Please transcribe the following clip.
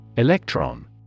Electron